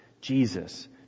Jesus